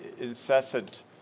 incessant